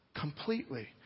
completely